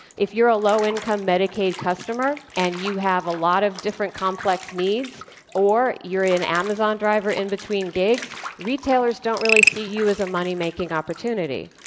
if you're a low-income medicaid customer and you have a lot of different complex needs or you're an amazon driver in between gigs, retailers don't really see you as a money-making opportunity.